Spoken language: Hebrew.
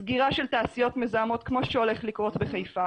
סגירה של תעשיות מזהמות כמו שהולך לקרות בחיפה